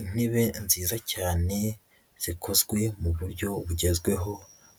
Intebe nziza cyane zikozwe mu buryo bugezweho,